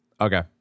Okay